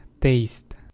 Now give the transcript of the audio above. taste